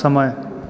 समय